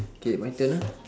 K my turn ah